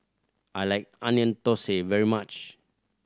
I like Onion Thosai very much